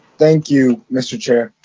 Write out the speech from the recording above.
thank you, mr. chair.